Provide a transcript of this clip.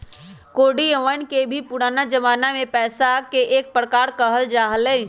कौडियवन के भी पुराना जमाना में पैसा के एक प्रकार कहल जा हलय